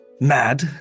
Mad